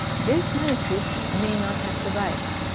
this manuscript may not have survived.